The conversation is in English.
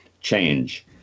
change